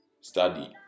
study